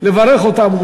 לברך אותם.